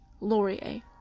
Laurier